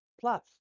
Plus